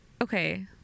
okay